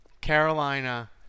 Carolina